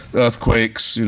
earthquakes, you know.